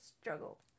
struggle